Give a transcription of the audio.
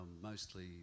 mostly